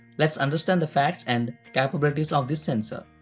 let's understand the facts and capabilities of this sensor.